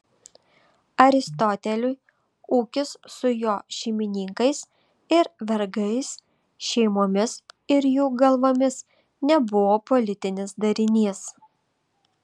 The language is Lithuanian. aristoteliui ūkis su jo šeimininkais ir vergais šeimomis ir jų galvomis nebuvo politinis darinys